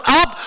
up